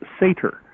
Sater